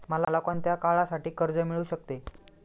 मला कोणत्या काळासाठी कर्ज मिळू शकते?